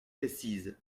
précise